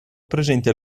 presenti